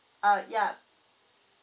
uh ya